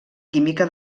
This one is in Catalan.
química